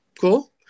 cool